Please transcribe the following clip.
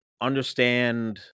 understand